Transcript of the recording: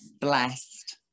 blessed